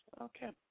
Okay